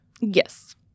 Yes